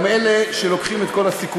הם גם אלה שלוקחים את כל הסיכונים.